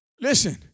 listen